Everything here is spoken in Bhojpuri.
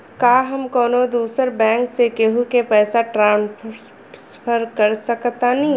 का हम कौनो दूसर बैंक से केहू के पैसा ट्रांसफर कर सकतानी?